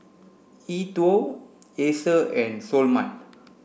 E TWOW Acer and Seoul Mart